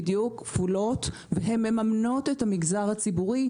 הן מממנות את המגזר הציבורי,